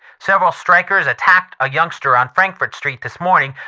several strikers attacked a youngster on frankfort street this morning,